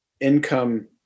income